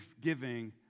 giving